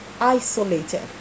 isolated